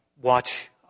Watch